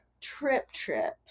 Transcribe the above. trip-trip